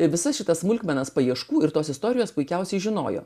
visas šitas smulkmenas paieškų ir tos istorijos puikiausiai žinojo